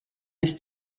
mrs